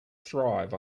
thrive